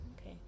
okay